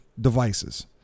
devices